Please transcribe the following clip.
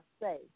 say